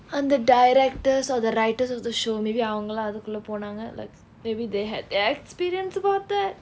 அந்த:antha directors or the writers of the show maybe அவங்க எல்லாம் அதுக்குள்ள போறாங்க:avnga ellaam athukkulla poraanga but maybe they had experience about that